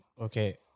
okay